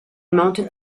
mounted